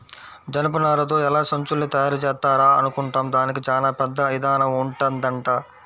జనపనారతో ఎలా సంచుల్ని తయారుజేత్తారా అనుకుంటాం, దానికి చానా పెద్ద ఇదానం ఉంటదంట